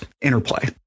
interplay